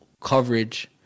coverage